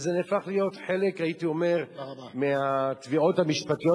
וזה נהפך להיות חלק מהתביעות המשפטיות